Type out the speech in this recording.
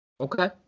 Okay